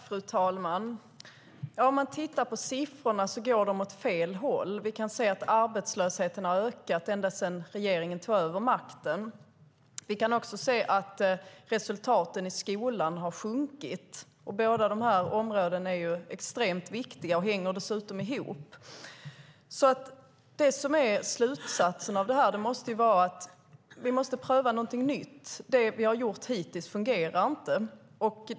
Fru talman! Om vi tittar på siffrorna ser vi att de går åt fel håll. Vi kan se att arbetslösheten har ökat ända sedan regeringen tog över makten. Vi kan också se att resultaten i skolan har sjunkit. Båda dessa områden är extremt viktiga och hänger dessutom ihop. Slutsatsen är att vi måste pröva någonting nytt. Det vi har gjort hittills fungerar inte.